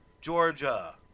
Georgia